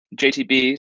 JTB